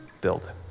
build